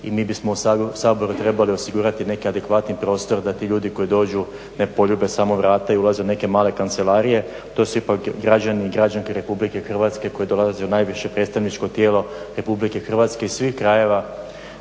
i mi bismo u Saboru trebali osigurati neki adekvatni prostor da ti ljudi koji dođu ne poljube samo vrata i ulaze u neke male kancelarije. To su ipak građani i građanke RH koji dolaze u najviše predstavničko tijelo RH i svih krajeva.